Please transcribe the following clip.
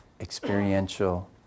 experiential